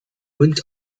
uns